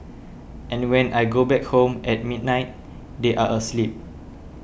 and when I go back home at midnight they are asleep